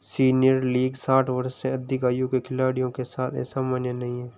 senior league साठ वर्ष से अधिक आयु के खिलाड़ियों के साथ असामान्य नहीं है